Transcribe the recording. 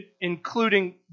including